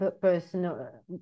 personal